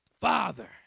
Father